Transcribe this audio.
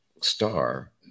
star